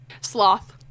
Sloth